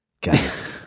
Guys